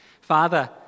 Father